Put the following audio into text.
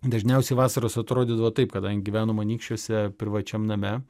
dažniausiai vasaros atrodydavo taip kadangi gyvenom anykščiuose privačiam name